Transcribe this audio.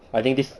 I think this